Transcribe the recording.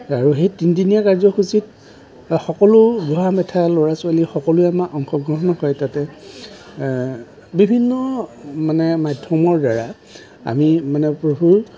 আৰু সেই তিনিদিনীয়া কাৰ্যসূচীত সকলো বুঢ়ামেথা ল'ৰা ছোৱালী সকলোৱে আমাৰ অংশগ্ৰহণ কৰে তাতে বিভিন্ন মানে মাধ্যমৰ দ্বাৰা আমি মানে প্ৰভুৰ